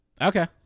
okay